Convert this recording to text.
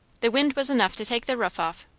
the wind was enough to take the ruff off,